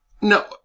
No